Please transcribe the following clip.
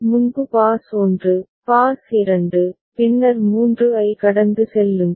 முன்பு pass 1 pass 2 பின்னர் 3 ஐ கடந்து செல்லுங்கள்